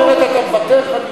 אחרת אתה מוותר, חלילה.